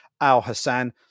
Al-Hassan